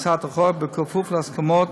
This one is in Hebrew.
בהצעת החוק, בכפוף להסכמות